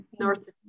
North